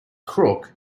crook